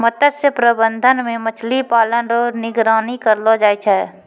मत्स्य प्रबंधन मे मछली पालन रो निगरानी करलो जाय छै